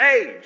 age